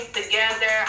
together